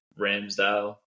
Ramsdale